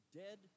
dead